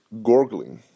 gorgling